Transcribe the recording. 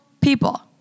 people